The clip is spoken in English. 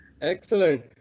Excellent